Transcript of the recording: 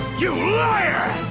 you liar!